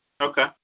Okay